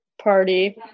party